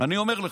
אני אומר לך.